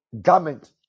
garment